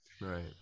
Right